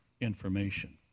information